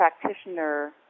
practitioner